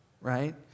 right